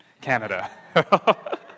Canada